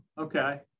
okay